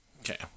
okay